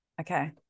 Okay